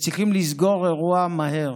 וצריכים לסגור אירוע מהר.